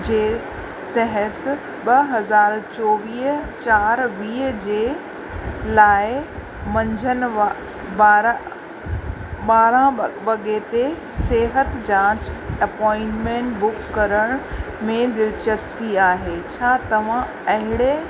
जे तहत ॿ हज़ार चोवीह चारि वीह जे लाइ मंझंदि व बार ॿारहं वगे ते सिहत जाच अपॉइंटमेंट बुक करण में दिलचस्पी आहे छा तव्हां अहिड़े